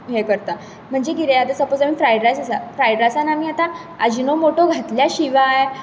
हे करता म्हणजे कितें आता सपोज फ्रायड रायस आसा फ्रायड रायसान आमी आता आजीनो मोटो घातल्या शिवाय